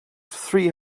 three